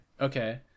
okay